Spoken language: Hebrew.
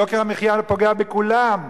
יוקר המחיה פוגע בכולם,